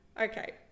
Okay